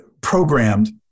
programmed